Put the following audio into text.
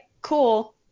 cool